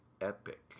epic